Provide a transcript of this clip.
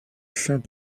saint